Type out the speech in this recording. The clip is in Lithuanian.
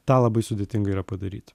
tą labai sudėtinga yra padaryt